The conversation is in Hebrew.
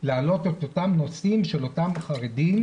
להעלות את אותם נושאים של אותם חרדים,